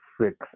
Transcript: six